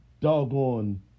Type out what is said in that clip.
doggone